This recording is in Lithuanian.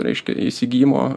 reiškia įsigijimo